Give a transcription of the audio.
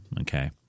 Okay